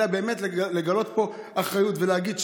אלא באמת לגלות פה אחריות ולהגיד,